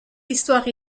l’histoire